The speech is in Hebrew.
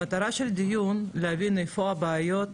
המטרה של הדיון היא להבין איפה הבעיות,